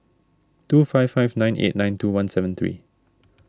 two five five nine eight nine two one seven three